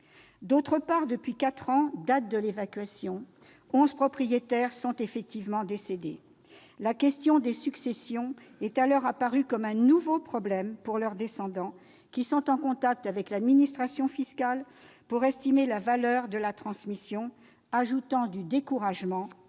ailleurs, depuis quatre ans, date de l'évacuation, onze propriétaires sont décédés. La question des successions est alors apparue comme un nouveau problème pour leurs descendants, qui sont en contact avec l'administration fiscale pour estimer la valeur de la transmission, ajoutant du découragement